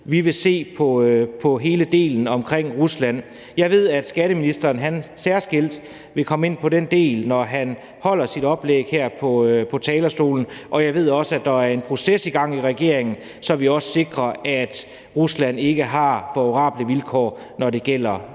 vil se på hele delen omkring Rusland. Jeg ved, at skatteministeren særskilt vil komme ind på den del, når han holder sit oplæg her på talerstolen, og jeg ved også, at der er en proces i gang i regeringen, så vi også sikrer, at Rusland ikke har favorable vilkår, når det gælder